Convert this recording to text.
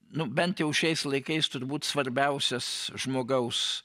nu bent jau šiais laikais turbūt svarbiausias žmogaus